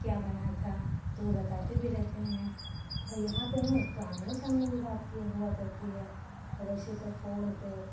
क्या बना था तो वह बताते भी रहते हैं और यहाँ पर हैं तो आमने सामने भी बात किया हुआ करती है और वैसे तो फ़ोन पर